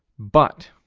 but